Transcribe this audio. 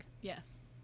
Yes